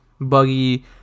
buggy